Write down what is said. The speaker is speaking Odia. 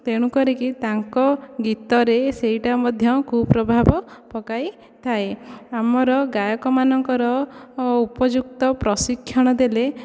ତେଣୁ କରିକି ତାଙ୍କ ଗୀତରେ ସେହିଟା ମଧ୍ୟ କୁପ୍ରଭାବ ପକାଇ ଥାଏ ଆମର ଗାୟକ ମାନଙ୍କର ଉପଯୁକ୍ତ ପ୍ରଶିକ୍ଷଣ ଦେଲେ